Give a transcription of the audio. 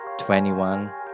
21